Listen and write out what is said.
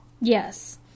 Yes